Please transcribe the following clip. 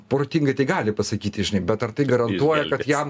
protingai tai gali pasakyti žinai bet ar tai garantuoja kad jam